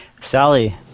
Sally